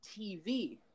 TV